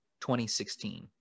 2016